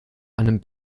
einem